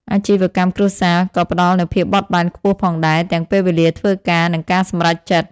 អាជីវកម្មគ្រួសារក៏ផ្ដល់នូវភាពបត់បែនខ្ពស់ផងដែរ ទាំងពេលវេលាធ្វើការ និងការសម្រេចចិត្ត។